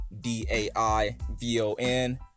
D-A-I-V-O-N